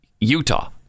Utah